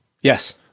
Yes